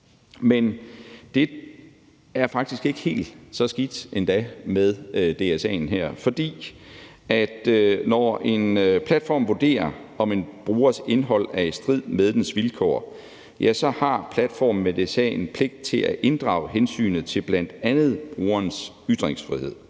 Men det er faktisk ikke helt så skidt endda med DSA'en her, for når en platform vurderer, om en brugers indhold er i strid med dens vilkår, så har platformen med DSA'en pligt til at inddrage hensynet til bl.a. brugerens ytringsfrihed.